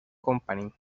company